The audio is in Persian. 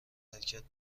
حرکت